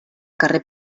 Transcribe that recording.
carrer